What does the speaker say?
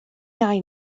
iau